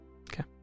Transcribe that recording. Okay